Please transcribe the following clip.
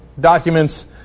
documents